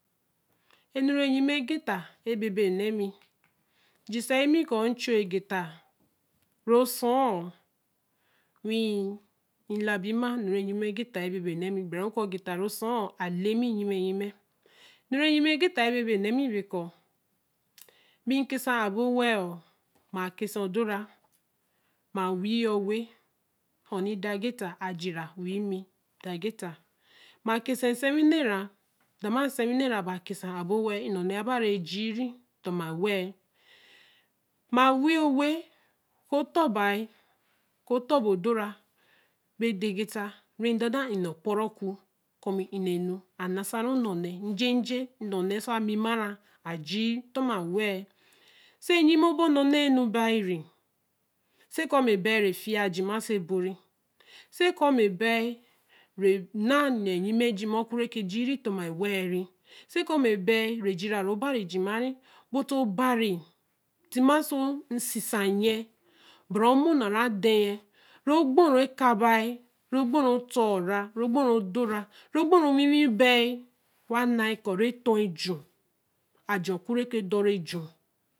Enu rii nnyim e geta ebebe nɛme. JIsɛi mi kɔ mchuegeta ro sɔɔ. nwii mlabi mma rɛ geta ebãba nɛmi. geta rɔ sɔɔ alemi nnyimɛ nnyimɛ. deri nnyimɛ egeta ebebe nɛmi bekɔ. bi nkesa aboo wɛɛɛ. mma kɛsɛ odora. mma wiiyɛ owe honey. ade ageta ajira wii mi ade ageta mma kesɛ nsɛnnwinɛ rã. dama nsɛwinɛ rãba kesaɛ nsɛnnwinɛ rã. dama nsɛnwinɛ rãba kesa abo wɛ̃ɛ̃ɛ̃nnɔ̃ nɛ yaba rɛɛ jii ri tãma wɛ̃ɛ̃ɛ̃. mma wii owe oku ɔtɔ bai. oku ɔtɔ bo do rã ri de geta rii mdanne pɔrɔ oku kɔ mi nnenu ansarũ nnɛ ɔnɛ njenje nnɛ ɔnɛ oso amima rã ma jii tama wɛɛɛ. sii nnyimɔbɔ ɔnanaa bairi. sɛ kɔ mɛ bairɛ fia jima oso ebori se kɔ mɛ bai rɛ fiajima oso ebori se kɔ mɛbɛirɛ naa nnɛ nnyimɛ jima oku reke jiiri ta wɛɛɛ ri se kɔ mɛ bɛi rɛ̃ jirarũ ɔbari jima ri bɔti ɔbari tima oso nsisa nyɛ bɔrɔ mɔnaru adɛ nyɛ rɔ gbɔru ka bi rɔ gbɔru ɔtɔɔra. rɔ gbɔru odo ra. rɔ gbɔru winwi bɛi wa nai kɔ r tɔeju ajɛ oku rɛ dɔrieju